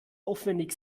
aufwendig